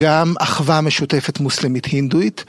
גם אחווה משותפת מוסלמית-הינדואית.